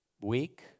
week